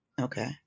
Okay